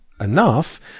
enough